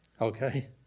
Okay